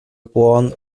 born